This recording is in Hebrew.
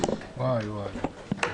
הכנסת.